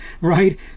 right